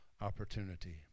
opportunity